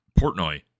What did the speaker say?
Portnoy